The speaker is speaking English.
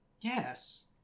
Yes